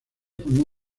formó